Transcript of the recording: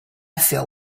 feel